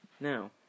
Now